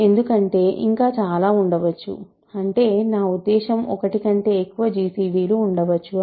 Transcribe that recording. ఎందుకంటే ఇంకా చాలా ఉండవచ్చు అంటే నా ఉద్దేశ్యం ఒకటి కంటే ఎక్కువ gcd లు ఉండవచ్చు అని